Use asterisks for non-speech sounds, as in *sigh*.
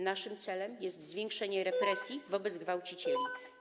Naszym celem jest zwiększenie represji *noise* wobec gwałcicieli.